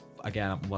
Again